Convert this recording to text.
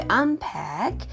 unpack